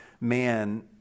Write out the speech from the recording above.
man